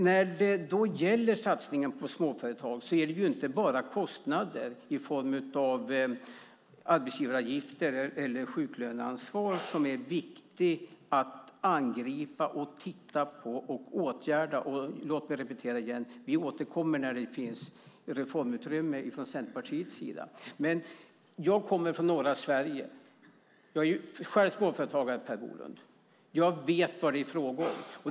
När det gäller satsningen på småföretag är det inte bara kostnader i form av arbetsgivaravgifter eller sjuklöneansvar som är viktiga att angripa, titta på och åtgärda. Låt mig repetera: Vi återkommer när det finns reformutrymme från Centerpartiets sida. Jag kommer från norra Sverige och är själv småföretagare, Per Bolund. Jag vet vad det är fråga om.